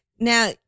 Now